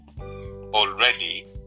already